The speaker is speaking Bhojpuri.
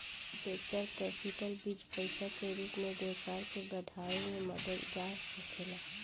वेंचर कैपिटल बीज पईसा के रूप में व्यापार के बढ़ावे में मददगार होखेला